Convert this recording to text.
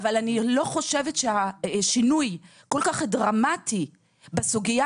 אני לא חושבת ששינוי כל כך דרמטי בסוגיה